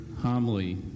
homily